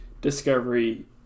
discovery